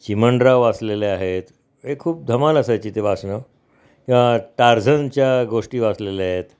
चिमणराव वाचलेले आहेत हे खूप धमाल असायची ते वाचणं या टार्झनच्या गोष्टी वाचलेल्या आहेत